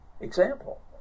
Example